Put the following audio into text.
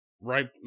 right